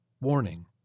Warning